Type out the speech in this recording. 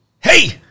hey